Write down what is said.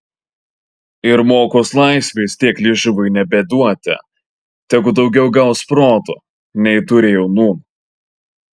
ir mokos laisvės tiek liežuviui nebeduoti tegu daugiau gaus proto nei turėjo nūn